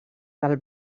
del